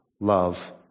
love